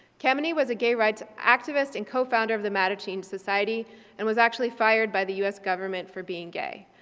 kameny was a gay rights activist and cofounder of the mattachine society and was actually fired by the u s. government for being gay.